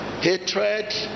hatred